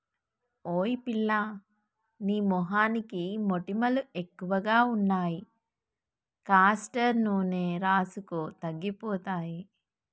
ఓయ్ పిల్లా నీ మొహానికి మొటిమలు ఎక్కువగా ఉన్నాయి కాస్టర్ నూనె రాసుకో తగ్గిపోతాయి